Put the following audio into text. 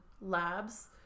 labs